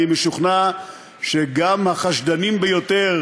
אני משוכנע שגם החשדנים ביותר